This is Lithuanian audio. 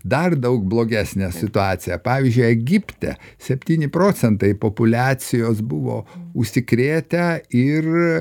dar daug blogesnė situacija pavyzdžiui egipte septyni procentai populiacijos buvo užsikrėtę ir